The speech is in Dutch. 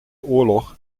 oorlog